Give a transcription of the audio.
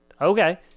Okay